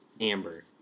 amber